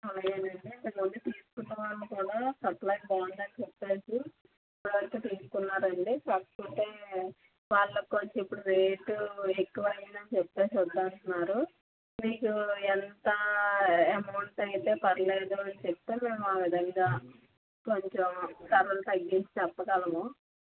అలాగేనండి ఇంతకుముందు తీసుకున్న వాళ్ళు కూడా సప్లయ్ బాగుందని చెప్పారు ఇప్పటివరకు తీసుకున్నారండి కాకపోతే వాళ్ళకు కొంచెం ఇప్పుడు రేటు ఎక్కువ అయిందని చెప్పేసి వద్దంటున్నారు మీకు ఎంత అమౌంట్ అయితే పర్లేదో చెప్తే మేము ఆ విధంగా కొంచెం ధరలు తగ్గించి చెప్పగలము